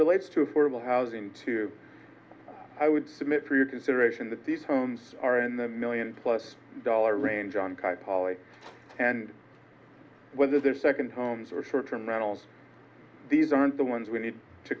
relates to affordable housing too i would submit for your consideration that these homes are in the million plus dollar range on chi poly and whether they're second homes or short term rentals these are the ones we need to